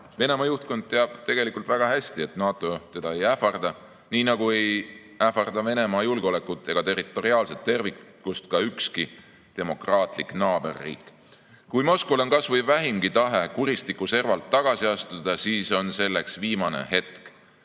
Venemaa juhtkond teab tegelikult väga hästi, et NATO teda ei ähvarda. Nii nagu ei ähvarda Venemaa julgeolekut ega territoriaalset terviklikkust ka ükski demokraatlik naaberriik. Kui Moskval on kas või vähimgi tahe kuristiku servalt tagasi astuda, siis on selleks viimane hetk.